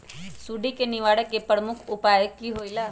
सुडी के निवारण के प्रमुख उपाय कि होइला?